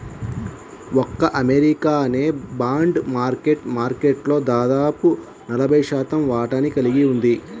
ఒక్క అమెరికానే bond market మార్కెట్లో దాదాపు నలభై శాతం వాటాని కలిగి ఉంది